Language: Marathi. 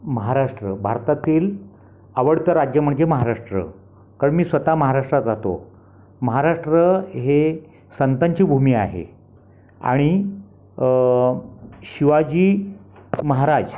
महाराष्ट्र भारतातील आवडतं राज्य म्हणजे महाराष्ट्र कारण मी स्वतः महाराष्ट्रात राहतो महाराष्ट्र हे संतांची भूमी आहे आणि शिवाजी महाराज